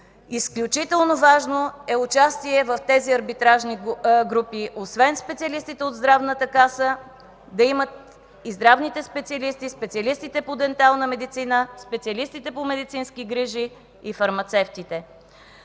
Изключително важно е участието в тези арбитражни групи – освен специалистите от Здравната каса, да имат и здравните специалисти, специалистите по дентална медицина, специалистите по медицински грижи и фармацевтите.